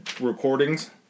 recordings